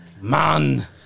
Man